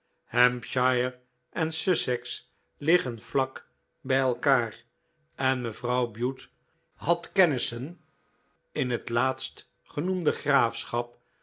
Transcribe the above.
hampshire en sussex liggen vlak bij elkaar en mevrouw bute had kennissen in het laatst genoemde graafschap